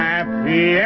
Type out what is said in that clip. Happy